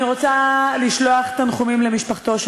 אני רוצה לשלוח תנחומים למשפחתו של